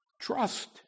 trust